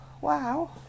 Wow